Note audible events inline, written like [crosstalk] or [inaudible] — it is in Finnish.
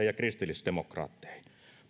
[unintelligible] ja kristillisdemokraatteihin